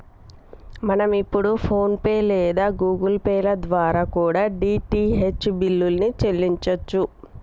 మనం ఇప్పుడు PhonePe లేదా గుగుల్ పే ల ద్వారా కూడా డీ.టీ.హెచ్ బిల్లుల్ని చెల్లించచ్చు